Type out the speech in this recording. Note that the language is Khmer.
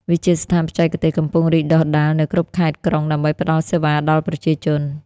វិទ្យាស្ថានបច្ចេកទេសកំពុងរីកដុះដាលនៅគ្រប់ខេត្តក្រុងដើម្បីផ្ដល់សេវាដល់ប្រជាជន។